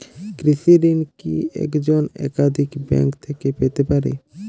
কৃষিঋণ কি একজন একাধিক ব্যাঙ্ক থেকে পেতে পারে?